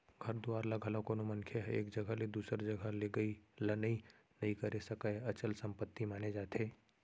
घर दुवार ल घलोक कोनो मनखे ह एक जघा ले दूसर जघा लेगई लनई नइ करे सकय, अचल संपत्ति माने जाथे